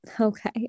Okay